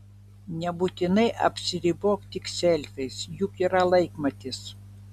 nebūtinai apsiribok tik selfiais juk yra laikmatis